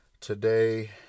today